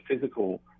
physical